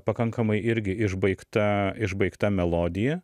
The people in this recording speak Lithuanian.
pakankamai irgi išbaigta išbaigta melodija